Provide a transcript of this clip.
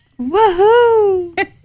Woohoo